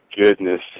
goodness